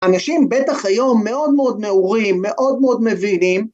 ‫אנשים בטח היום מאוד מאוד נאורים, ‫מאוד מאוד מבינים.